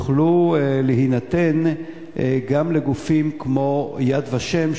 יוכלו להינתן גם לגופים כמו "יד ושם",